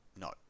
No